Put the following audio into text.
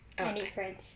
I need friends